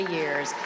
years